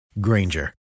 Granger